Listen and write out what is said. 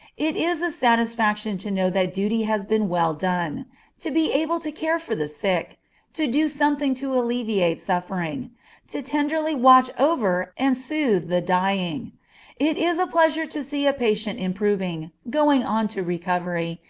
it is a satisfaction to know that duty has been well done to be able to care for the sick to do something to alleviate suffering to tenderly watch over and soothe the dying it is a pleasure to see a patient improving, going on to recovery,